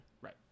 Right